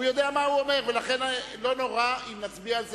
אני מבקש לא להצביע על זה